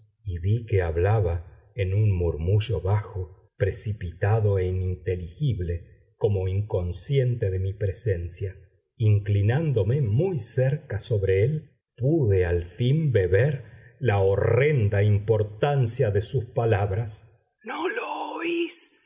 que hablaba en un murmullo bajo precipitado e ininteligible como inconsciente de mi presencia inclinándome muy cerca sobre él pude al fin beber la horrenda importancia de sus palabras no lo